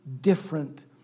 different